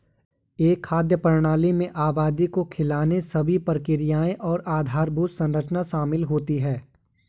एक खाद्य प्रणाली में आबादी को खिलाने सभी प्रक्रियाएं और आधारभूत संरचना शामिल होती है